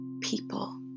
people